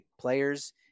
players